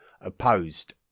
opposed